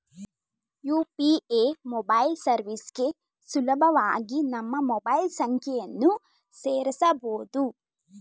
UPA mobile ಸರ್ವಿಸ್ಗೆ ಸುಲಭವಾಗಿ ನಮ್ಮ ಮೊಬೈಲ್ ಸಂಖ್ಯೆಯನ್ನು ಸೇರಸಬೊದು